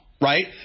right